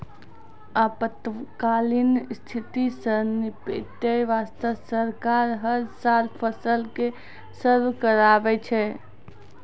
आपातकालीन स्थिति सॅ निपटै वास्तॅ सरकार हर साल फसल के सर्वें कराबै छै